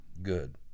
good